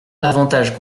avantages